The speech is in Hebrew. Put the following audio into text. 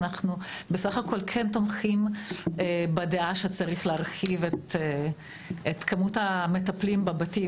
אנחנו בסך הכל כן תומכים בדעה שצריך להרחיב את כמות המטפלים בבתים,